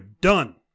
done